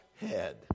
head